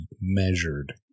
measured